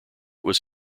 was